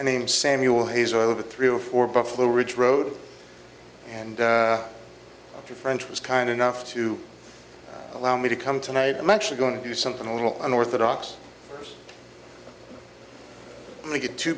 i mean samuel he's over three or four buffalo ridge road and your friend was kind enough to allow me to come tonight i'm actually going to do something a little unorthodox to get t